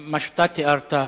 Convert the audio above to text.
שתיארת,